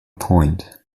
point